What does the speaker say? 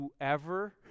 whoever